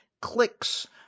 clicks